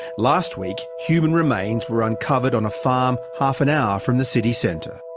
last week, human remains were uncovered on a farm half an hour from the city centre.